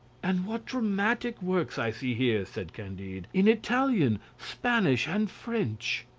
and what dramatic works i see here, said candide, in italian, spanish, and french.